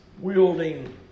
wielding